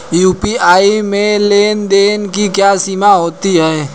UPI में लेन देन की क्या सीमा होती है?